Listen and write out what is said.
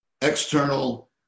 external